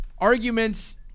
arguments